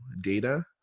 data